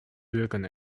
bürgern